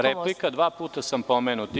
Replika, dva puta sam pomenut.